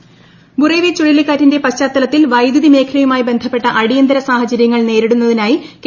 B control room Burevi ചുഴലിക്കാറ്റിന്റെ പശ്ചാത്തലത്തിൽ വൈദ്യുതിമേഖലയുമായി ബന്ധപ്പെട്ട അടിയന്തിര സാഹചര്യങ്ങൾ നേരിടുന്നതിനായി കെ